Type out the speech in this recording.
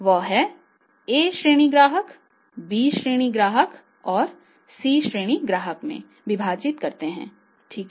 यह A श्रेणी ग्राहक B श्रेणी ग्राहक और C श्रेणी ग्राहक में विभाजित है ठीक है